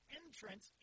entrance